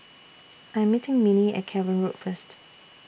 I'm meeting Minnie At Cavan Road First